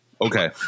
Okay